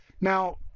Now